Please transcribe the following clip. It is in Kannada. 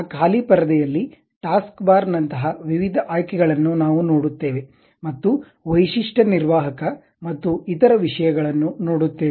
ಆ ಖಾಲಿ ಪರದೆಯಲ್ಲಿ ಟಾಸ್ಕ್ ಬಾರ್ ನಂತಹ ವಿವಿಧ ಆಯ್ಕೆಗಳನ್ನು ನಾವು ನೋಡುತ್ತೇವೆ ಮತ್ತು ವೈಶಿಷ್ಟ್ಯ ನಿರ್ವಾಹಕ ಮತ್ತು ಇತರ ವಿಷಯಗಳನ್ನು ನೋಡುತ್ತೇವೆ